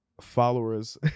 followers